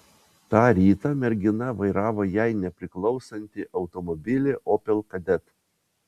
tą rytą mergina vairavo jai nepriklausantį automobilį opel kadett